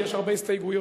כי יש הרבה הסתייגויות.